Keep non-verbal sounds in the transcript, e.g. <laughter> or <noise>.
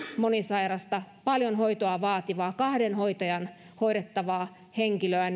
monisairasta paljon hoitoa vaativaa kahden hoitajan hoidettavaa henkilöä <unintelligible>